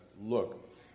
look